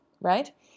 right